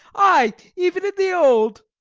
ay, even in the old.